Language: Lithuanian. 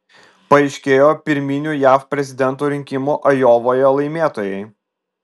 paaiškėjo pirminių jav prezidento rinkimų ajovoje laimėtojai